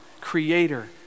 creator